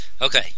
Okay